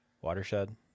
Watershed